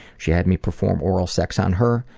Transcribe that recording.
she had me perform oral sex on her,